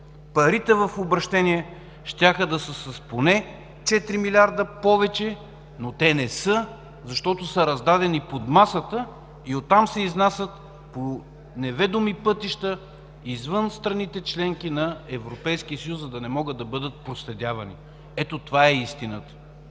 парите в обръщение щяха да са с поне 4 милиарда повече, но те не са, защото са раздадени под масата и оттам се изнасят по неведоми пътища извън страните – членки на Европейския съюз, за да не могат да бъдат проследявани. Ето това е истината.